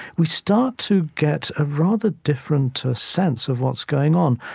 we start to get a rather different sense of what's going on.